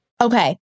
Okay